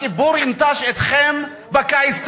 הציבור ינטוש אתכם בקיץ.